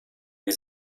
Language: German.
wie